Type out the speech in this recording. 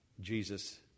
Jesus